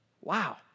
Wow